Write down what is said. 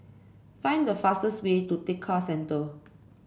find the fastest way to Tekka Centre